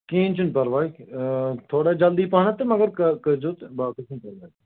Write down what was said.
کِہیٖنٛۍ چھُنہٕ پرواے تھوڑا جلدی پَہنَتھ مگر کٔرۍزیٚو تہٕ باقٕے چھُنہٕ کیٚنٛہہ نہٕ حظ